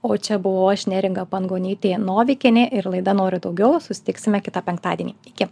o čia buvau aš neringa pangonytė novikienė ir laida noriu daugiau susitiksime kitą penktadienį iki